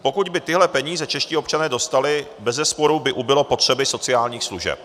Pokud by tyhle peníze čeští občané dostali, bezesporu by ubylo potřeby sociálních služeb.